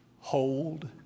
hold